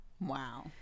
wow